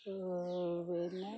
പിന്നെ